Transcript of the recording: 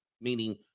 meaning